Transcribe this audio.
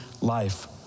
life